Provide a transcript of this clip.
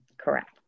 Correct